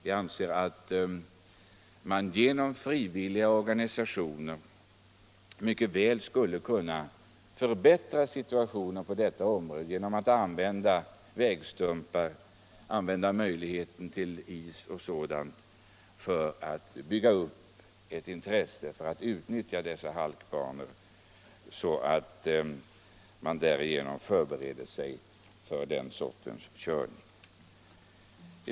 Vi anser att situationen på detta område mycket väl skulle kunna förbättras genom att frivilliga organisationer ställde upp och genom att man använde vägstumpar för ändamålet samt tog vara på de tillfällen då det fanns is. Därmed skulle intresset för att utnyttja dessa halkbanor kunna byggas upp och förarna skulle kunna förbereda sig för den sortens körning.